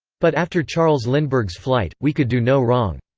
but after charles lindbergh's flight, we could do no wrong.